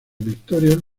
victorias